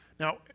Now